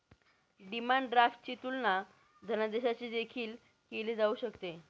demand ड्राफ्टची तुलना धनादेशाशी देखील केली जाऊ शकते